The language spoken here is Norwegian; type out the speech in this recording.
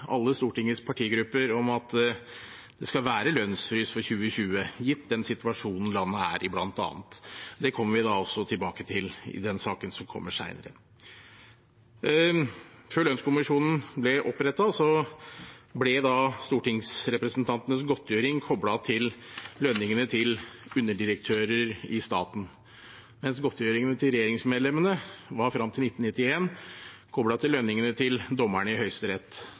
alle Stortingets partigrupper om at det skal være lønnsfrys for 2020, bl.a. gitt den situasjonen landet er i. Det kommer vi også tilbake til i den saken som kommer senere. Før lønnskommisjonen ble opprettet, ble stortingsrepresentantenes godtgjøring koblet til lønningene til underdirektører i staten, mens godtgjøringen til regjeringsmedlemmene fram til 1991 var koblet til lønningene til dommerne i Høyesterett.